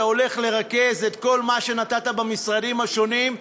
אתה הולך לרכז את כל מה שנתת במשרדים השונים,